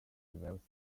waves